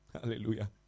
Hallelujah